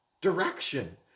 Direction